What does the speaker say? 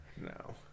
no